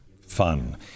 fun